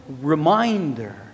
reminder